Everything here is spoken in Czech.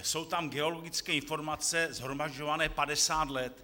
Jsou tam geologické informace, shromažďované padesát let.